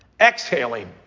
exhaling